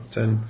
Ten